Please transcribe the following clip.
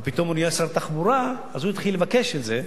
ופתאום הוא נהיה שר התחבורה אז הוא התחיל לבקש את זה,